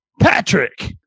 Patrick